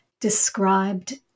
described